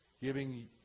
giving